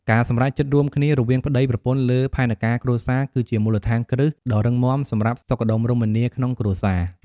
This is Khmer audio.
ការសម្រេចចិត្តរួមគ្នារវាងប្តីប្រពន្ធលើផែនការគ្រួសារ គឺជាមូលដ្ឋានគ្រឹះដ៏រឹងមាំសម្រាប់សុខដុមរមនាក្នុងគ្រួសារ។